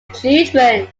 children